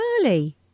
early